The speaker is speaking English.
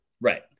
Right